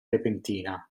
repentina